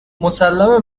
مسلمه